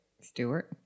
Stewart